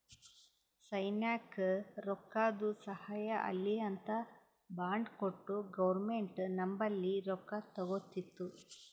ಸೈನ್ಯಕ್ ರೊಕ್ಕಾದು ಸಹಾಯ ಆಲ್ಲಿ ಅಂತ್ ಬಾಂಡ್ ಕೊಟ್ಟು ಗೌರ್ಮೆಂಟ್ ನಂಬಲ್ಲಿ ರೊಕ್ಕಾ ತಗೊತ್ತುದ